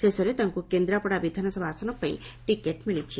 ଶେଷରେ ତାଙ୍କୁ କେନ୍ଦ୍ରାପଡ଼ା ବିଧାନସଭା ଆସନ ପାଇଁ ଟିକେଟ୍ ମିଳିଛି